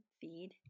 feed